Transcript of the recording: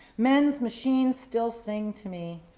men's machines still sing to me,